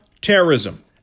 terrorism